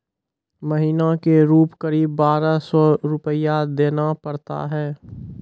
महीना के रूप क़रीब बारह सौ रु देना पड़ता है?